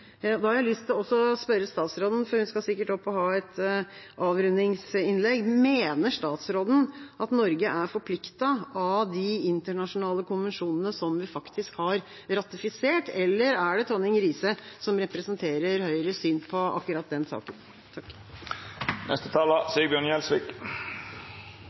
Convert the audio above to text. Da har jeg også lyst til å spørre statsråden, for hun skal sikkert opp og ha et avrundingsinnlegg: Mener statsråden at Norge er forpliktet av de internasjonale konvensjonene som vi faktisk har ratifisert, eller er det Tonning Riise som representerer Høyres syn på akkurat den saken?